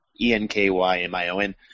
E-N-K-Y-M-I-O-N